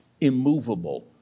immovable